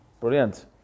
Brilliant